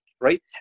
right